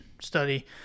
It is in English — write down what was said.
study